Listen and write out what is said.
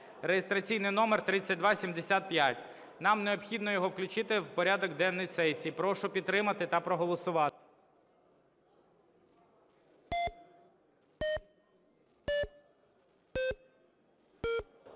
(реєстраційний номер 3275). Нам необхідно його включити в порядок денний сесії. Прошу підтримати та проголосувати.